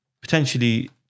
potentially